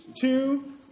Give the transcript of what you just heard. two